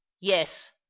Yes